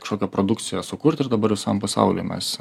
kažkokią produkciją sukurt ir dabar visam pasauliui mes